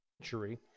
century